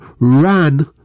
ran